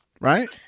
Right